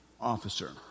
officer